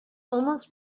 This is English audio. almost